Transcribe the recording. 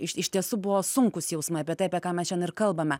iš iš tiesų buvo sunkūs jausmai apie tai apie ką mes šiandien ir kalbame